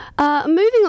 Moving